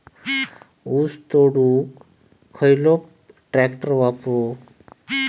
ऊस तोडुक खयलो ट्रॅक्टर वापरू?